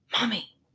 mommy